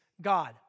God